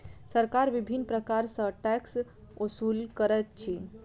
सरकार विभिन्न प्रकार सॅ टैक्स ओसूल करैत अछि